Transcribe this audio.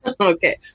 okay